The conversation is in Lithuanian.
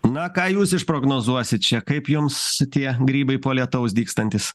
na ką jūs išprognozuosit čia kaip jums tie grybai po lietaus dygstantys